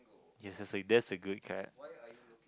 yes yes that's a good card